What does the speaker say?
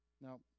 Now